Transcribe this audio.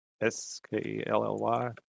S-K-E-L-L-Y